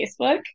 Facebook